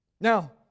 Now